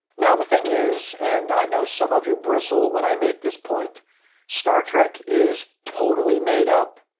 now, the thing is and i know some of you bristle when i make this point star trek is totally made-up,